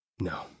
No